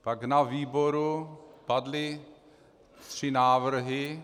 Pak na výboru padly tři návrhy.